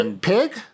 Pig